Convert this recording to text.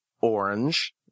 orange